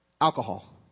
Alcohol